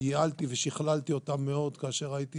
ייעלתי ושכללתי אותם מאוד כאשר הייתי